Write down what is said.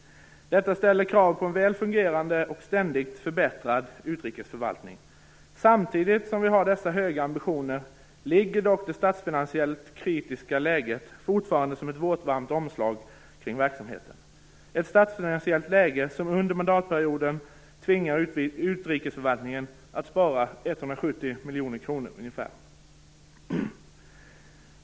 Detta ställer krav på en väl fungerande och ständigt förbättrad utrikesförvaltning. Samtidigt som vi har dessa höga ambitioner ligger dock det statsfinansiellt kritiska läget fortfarande som ett våtvarmt omslag kring verksamheten. Ett statsfinansiellt läge som under mandatperioden tvingar utrikesförvaltningen att spara ca 170 miljoner kronor.